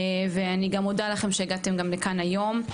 ואני גם מודה לכם שהגעתם גם לכאן היום.